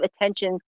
attention